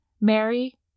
Mary